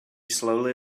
slowly